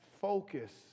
Focus